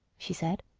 she said,